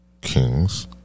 Kings